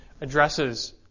addresses